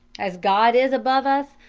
as god is above us,